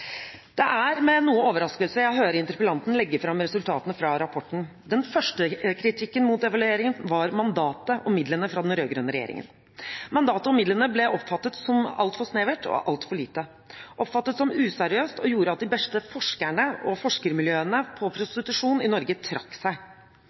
Det er med noe overraskelse jeg hører interpellanten legge fram resultatene fra rapporten. Den første kritikken mot evalueringen var mandatet og midlene fra den rød-grønne regjeringen. Mandatet og midlene ble oppfattet som altfor snevre og altfor små, prosjektet ble oppfattet som useriøst og gjorde at de beste forskerne og forskermiljøene på prostitusjon i Norge trakk seg.